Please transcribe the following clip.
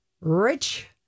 rich